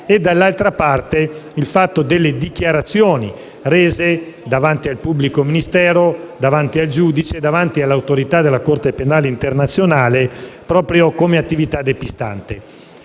e quella delle dichiarazioni rese davanti al pubblico ministero, davanti al giudice e davanti all'autorità della Corte penale internazionale proprio come attività depistante.